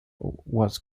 was